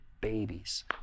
babies